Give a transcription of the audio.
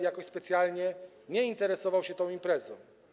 jakoś specjalnie nie interesował się tą imprezą.